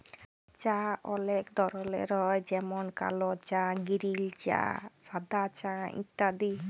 চাঁ অলেক ধরলের হ্যয় যেমল কাল চাঁ গিরিল চাঁ সাদা চাঁ ইত্যাদি